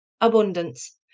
Abundance